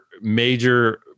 major